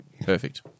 Perfect